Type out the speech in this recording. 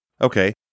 Okay